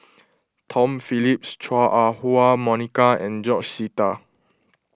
Tom Phillips Chua Ah Huwa Monica and George Sita